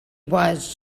was